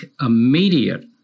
immediate